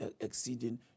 exceeding